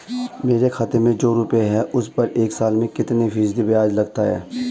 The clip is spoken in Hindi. मेरे खाते में जो रुपये हैं उस पर एक साल में कितना फ़ीसदी ब्याज लगता है?